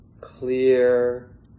clear